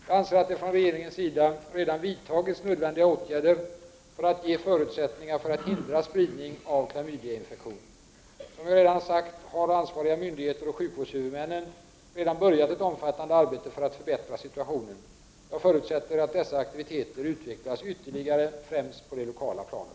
Jag anser att det från regeringens sida redan vidtagits nödvändiga åtgärder för att ge förutsättningar för att hindra spridning av klamydiainfektion. Som jag redan sagt har ansvariga myndigheter och sjukvårdshuvudmännen redan börjat ett omfattande arbete för att förbättra situationen. Jag förutsätter att dessa aktiviteter utvecklas ytterligare främst på det lokala planet.